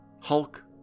Hulk